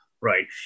right